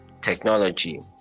technology